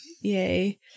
Yay